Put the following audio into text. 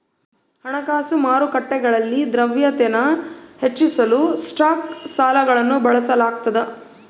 ಹಣಕಾಸು ಮಾರುಕಟ್ಟೆಗಳಲ್ಲಿ ದ್ರವ್ಯತೆನ ಹೆಚ್ಚಿಸಲು ಸ್ಟಾಕ್ ಸಾಲಗಳನ್ನು ಬಳಸಲಾಗ್ತದ